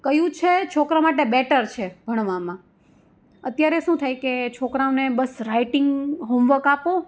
કયું છે છોકરા માટે બેટર છે ભણવામાં અત્યારે શું થાય કે છોકરાઓને બસ રાઇટિંગ હોમવર્ક આપો